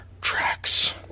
tracks